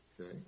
Okay